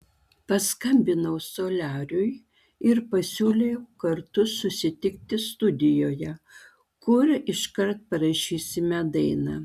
paskambinau soliariui ir pasiūliau kartu susitikti studijoje kur iškart parašysime dainą